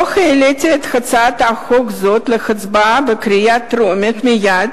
לא העליתי את הצעת החוק הזאת להצבעה בקריאה טרומית מייד,